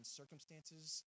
circumstances